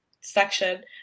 section